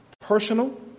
personal